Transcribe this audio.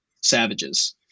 savages